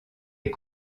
est